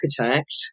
architect